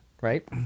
right